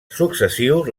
successius